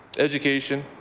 education,